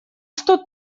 что